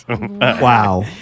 Wow